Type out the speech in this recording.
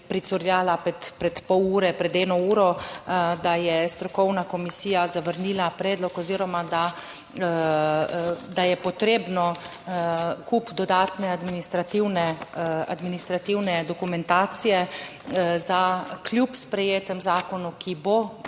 pred pol ure, pred eno uro, da je strokovna komisija zavrnila predlog oziroma da je potreben kup dodatne administrativne dokumentacije, kljub sprejetemu zakonu, ki bo in